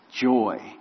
joy